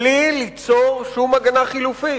בלי ליצור שום הגנה חלופית.